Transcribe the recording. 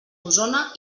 osona